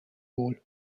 wohl